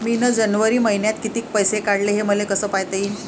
मिन जनवरी मईन्यात कितीक पैसे काढले, हे मले कस पायता येईन?